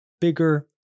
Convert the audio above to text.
bigger